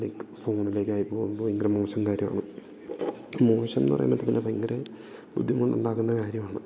like ഫോണിലേക്കായി പോകുമ്പോൾ ഭയങ്കര മോശം കാര്യമാണ് മോശം എന്ന് പറയാൻപറ്റത്തില്ല ഭയങ്കര ബുദ്ധിമുട്ടുണ്ടാക്കുന്ന കാര്യമാണ്